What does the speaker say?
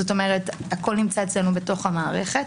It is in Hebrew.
זאת אומרת הבקשות מוגשות במערכת והכול נמצא אצלנו בתוך המערכת.